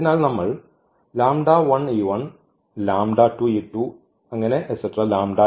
അതിനാൽ നമ്മൾ and so അങ്ങനെ കാണണം